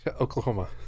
Oklahoma